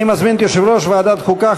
אני מזמין את יושב-ראש ועדת החוקה,